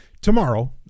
tomorrow